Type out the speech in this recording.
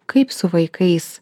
kaip su vaikais